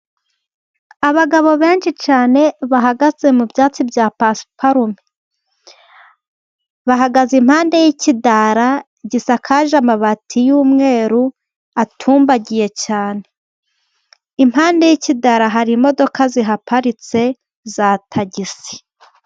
Abagabo benshi cyane bahagaze mu byatsi bya pasiparume. Bahagaze impande y'ikidara gisakaje amabati y'umweru atumbagiye cyane, impande y'ikidara hari imodoka ziparitse za tagisi.